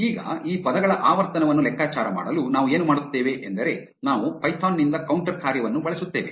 ಈಗ ಈ ಪದಗಳ ಆವರ್ತನವನ್ನು ಲೆಕ್ಕಾಚಾರ ಮಾಡಲು ನಾವು ಏನು ಮಾಡುತ್ತೇವೆ ಎಂದರೆ ನಾವು ಪೈಥಾನ್ ನಿಂದ ಕೌಂಟರ್ ಕಾರ್ಯವನ್ನು ಬಳಸುತ್ತೇವೆ